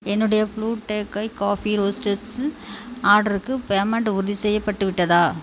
என்னுடைய blue Tokai coffee roasters ஆர்டர்க்கு payment உறுதிசெய்யப்பட்டுவிட்டதா